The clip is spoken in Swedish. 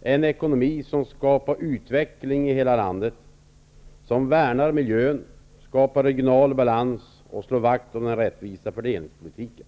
en ekonomi som befrämjar utveckling i hela landet, som värnar om miljön, som skapar regional balans och som slår vakt om den rättvisa fördelningspolitiken.